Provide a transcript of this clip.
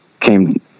came